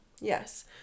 Yes